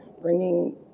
Bringing